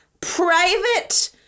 private